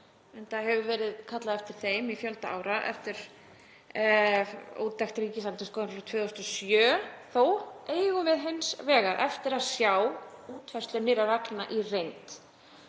enda hefur verið kallað eftir þeim í fjölda ára eftir úttekt Ríkisendurskoðunar frá 2007. Þó eigum við hins vegar eftir að sjá útfærslu nýrra reglna í reynd.